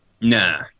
nah